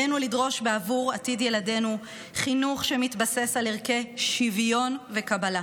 עלינו לדרוש בעבור עתיד ילדינו חינוך שמתבסס על ערכי שוויון וקבלה.